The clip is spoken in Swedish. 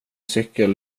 cykel